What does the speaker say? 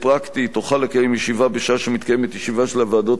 תוכל לקיים ישיבה בשעה שמתקיימת ישיבה של הוועדות הקבועות